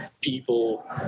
people